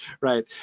right